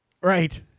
Right